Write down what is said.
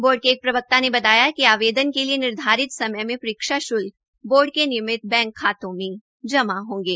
board के एक प्रवक्ता ने बताया कि आवेदन के लिये निर्धारित समय मे परीक्षा श्ल्क बोर्ड के निमित बैंक खातों में जमा होंगे